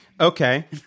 Okay